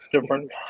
different